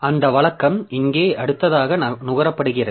அந்த வழக்கம் இங்கே அடுத்ததாக நுகரப்படுகிறது